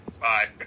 Bye